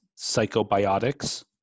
psychobiotics